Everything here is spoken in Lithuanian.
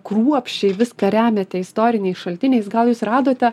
kruopščiai viską remiate istoriniais šaltiniais gal jūs radote